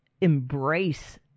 embrace